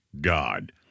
God